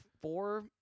four